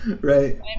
right